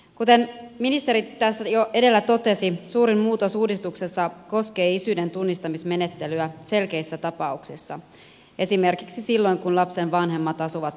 kuten ministeri tässä jo edellä totesi suurin muutos uudistuksessa koskee isyyden tunnustamismenettelyä selkeissä tapauksissa esimerkiksi silloin kun lapsen vanhemmat asuvat avoliitossa